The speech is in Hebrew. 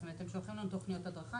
זאת אומרת הם שולחים לנו תוכניות הדרכה,